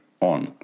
on